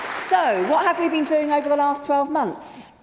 so what have we been doing over the last twenty months?